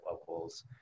levels